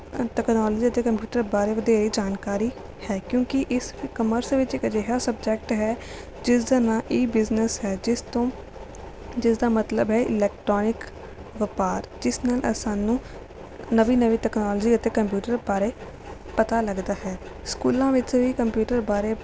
technology ਅਤੇ computer ਬਾਰੇ ਵਧੇਰੇ ਜਾਣਕਾਰੀ ਹੈ ਕਿਉਂਕਿ ਇਸ ਕਮਰਸ ਵਿੱਚ ਇੱਕ ਅਜਿਹਾ ਸਬਜੈਕਟ ਹੈ ਜਿਸ ਦਾ ਨਾਂ ਈ ਬਿਜ਼ਨੈੱਸ ਹੈ ਜਿਸ ਤੋਂ ਜਿਸ ਦਾ ਮਤਲਬ ਹੈ ਇਲੈਕਟ੍ਰੋਨਿਕ ਵਪਾਰ ਜਿਸ ਨਾਲ ਸਾਨੂੰ ਨਵੀਂ ਨਵੀਂ ਤਕਨਾਲੋਜੀ ਅਤੇ ਕੰਪਿਊਟਰ ਬਾਰੇ ਪਤਾ ਲੱਗਦਾ ਹੈ ਸਕੂਲਾਂ ਵਿੱਚ ਵੀ ਕੰਪਿਊਟਰ ਬਾਰੇ